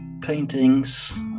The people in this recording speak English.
paintings